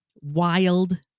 wild